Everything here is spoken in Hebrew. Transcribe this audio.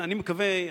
אני מקווה,